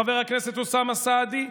חבר הכנסת אוסאמה סעדי,